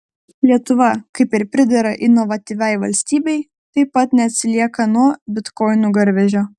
lietuva kaip ir pridera inovatyviai valstybei taip pat neatsilieka nuo bitkoinų garvežio